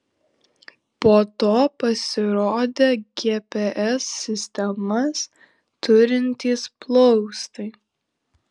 po to pasirodė gps sistemas turintys plaustai